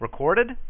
recorded